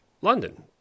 London